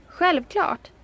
Självklart